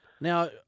Now